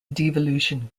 devolution